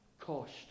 cost